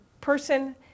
person